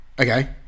Okay